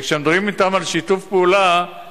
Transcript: כשמדברים אתם על שיתוף פעולה,